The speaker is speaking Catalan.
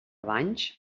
banys